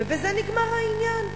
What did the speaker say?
ובזה נגמר העניין.